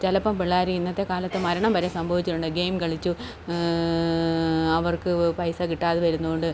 ചിലപ്പം പിള്ളാർ ഇന്നത്തെ കാലത്ത് മരണം വരെ സംഭവിച്ചിട്ടുണ്ട് ഗെയിം കളിച്ചും അവർക്ക് പൈസ കിട്ടാതെ വരുന്നതു കൊണ്ട്